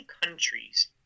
countries